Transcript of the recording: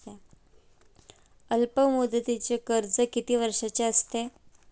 अल्पमुदतीचे कर्ज किती वर्षांचे असते?